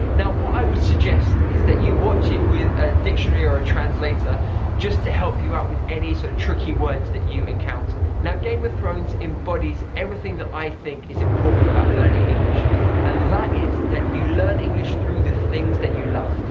now what i would suggest is that you watch it with a dictionary or a translator just to help you out with any so tricky words that you encounter. now game of thrones embodies everything that i think is important about learning english and that is that you learn english through the things that you love.